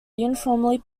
uniformly